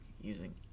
using